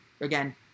Again